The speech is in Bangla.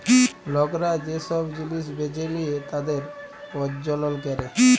লকরা যে সব জিলিস বেঁচে লিয়ে তাদের প্রজ্বলল ক্যরে